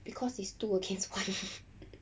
because it's two against one